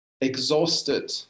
exhausted